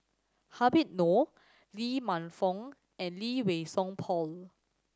Habib Noh Lee Man Fong and Lee Wei Song Paul